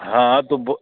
हाँ तो बो